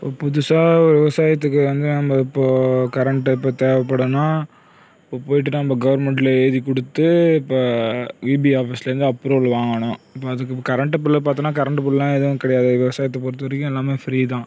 இப்போது புதுசாக ஒரு விவசாயத்துக்கு வந்து நம்ப இப்போது கரண்ட் எப்போது தேவைப்படுன்னா இப்போது போயிட்டு நம்ப கவர்மெண்டில் எழுதிக் கொடுத்து இப்போ ஈபி ஆஃபிஸ்லேருந்து அப்ரூவல் வாங்கணும் இப்போது அதுக்கு கரண்ட் பில்லை பார்த்தோன்னா கரண்ட் பில்லுலாம் எதுவும் கிடையாது விவசாயத்தை பொறுத்த வரைக்கும் எல்லாமே ஃப்ரீ தான்